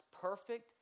perfect